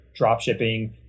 dropshipping